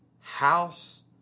house